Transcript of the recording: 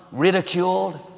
ridiculed.